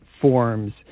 forms